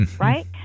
right